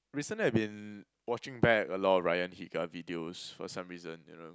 recently I've been watching back a lot of Ryan Higa videos for some reason you know